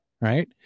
right